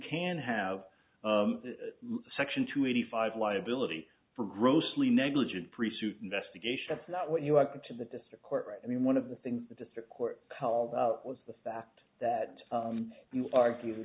can have section two eighty five liability for grossly negligent pre suit investigation that's not what you are going to the district court right i mean one of the things the district court held out was the fact that you argue